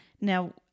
Now